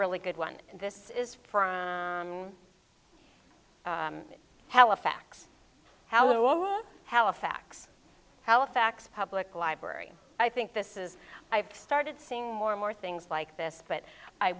really good one this is from halifax howell live halifax halifax public library i think this is i've started seeing more and more things like this but i